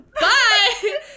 bye